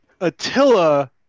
Attila